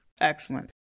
Excellent